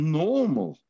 normal